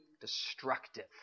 destructive